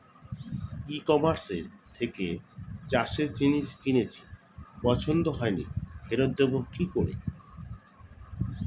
ই কমার্সের থেকে চাষের জিনিস কিনেছি পছন্দ হয়নি ফেরত দেব কী করে?